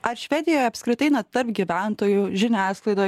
ar švedijoje apskritai na tarp gyventojų žiniasklaidoj